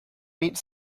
meat